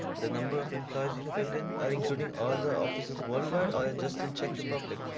the number of employees you filled in are including all the offices worldwide or just in czech republic?